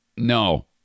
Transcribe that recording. No